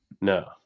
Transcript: No